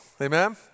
Amen